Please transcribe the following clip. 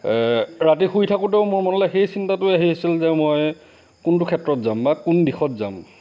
ৰাতি শুই থাকোঁতেও মোৰ মনলৈ সেই চিন্তাটোৱে আহিছিল যে মই কোনটো ক্ষেত্ৰত যাম বা কোন দিশত যাম